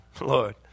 Lord